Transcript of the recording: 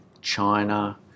China